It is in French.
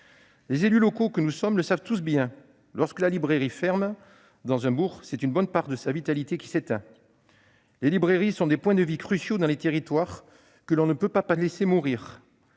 Les élus locaux que nous sommes le savent tous bien : lorsque la librairie ferme dans un bourg, c'est une bonne part de sa vitalité qui s'éteint. Les librairies sont des points de vie cruciaux dans les territoires que l'on ne peut pas laisser mourir.